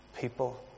people